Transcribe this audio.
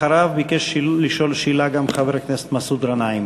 אחריו ביקש לשאול שאלה גם חבר הכנסת מסעוד גנאים.